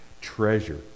treasure